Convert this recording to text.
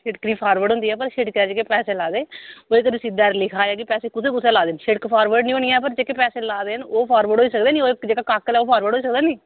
शिड़क नी फारवर्ड हुंदी ऐ पर शिड़का च के पैसे लाए दे ओह् रसीदा पर लिखे दा ऐ के पैसे कुत्थै कुत्थै लाए शि़ड़क फारवर्ड नी होनी ऐ पर जेह्के पैसे लाए देन ओह् पैसे ओ फारवर्ड होई सकदे न जेह्का काकल ऐ ओह् फारवर्ड होई सकदा नी